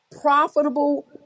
profitable